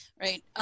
right